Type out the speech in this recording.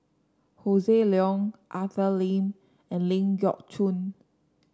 Hossan Leong Arthur Lim and Ling Geok Choon